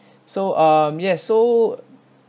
so um ya so